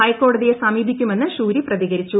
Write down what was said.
ഹൈക്ക്ട്രിടതിയെ സമീപിക്കുമെന്ന് ഷൂരി പ്രതികരിച്ചു